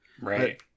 Right